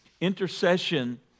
intercession